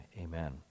amen